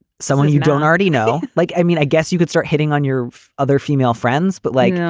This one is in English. someone you don't already know. like, i mean, i guess you could start hitting on your other female friends, but like, no,